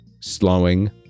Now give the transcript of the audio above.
slowing